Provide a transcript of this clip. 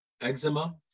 eczema